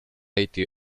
été